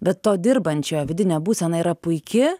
bet to dirbančiojo vidinė būsena yra puiki